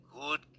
Good